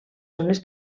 zones